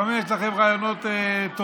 לפעמים יש לכם רעיונות טובים.